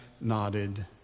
nodded